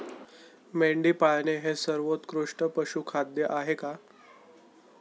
मेंढी पाळणे हे सर्वोत्कृष्ट पशुखाद्य आहे का?